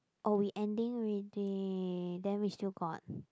oh we ending already then we still got